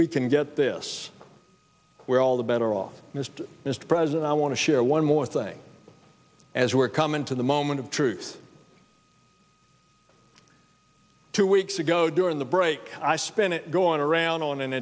we can get this we're all the better off mr mr president i i want to share one more thing as we're coming to the moment of truth two weeks ago during the break i spent it going around on